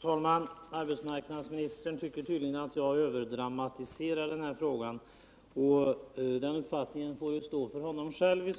Herr talman! Arbetsmarknadsministern tycker tydligen att jag överdramatiserar den här frågan, men den uppfattningen får i så fall stå för honom själv.